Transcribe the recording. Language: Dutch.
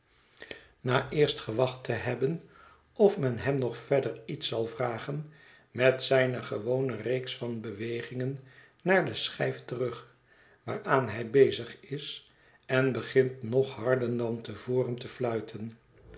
na eerst gewacht te hebben of men hem nog verder iets zal vragen met zijne gewone reeks van bewegingen naar de schijf terug waaraan hij bezig is en begint nog harder dan te voren te fluiten